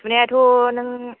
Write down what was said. सुनायाथ' नों